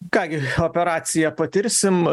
ką gi operaciją patirsim